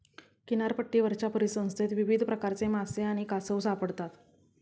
किनारपट्टीवरच्या परिसंस्थेत विविध प्रकारचे मासे आणि कासव सापडतात